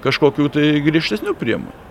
kažkokių tai griežtesnių priemonių